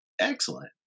Excellent